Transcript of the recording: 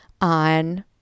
on